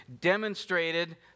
demonstrated